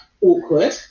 awkward